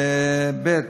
ב.